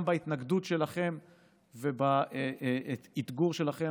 גם בהתנגדות שלכם ובאתגור שלכם,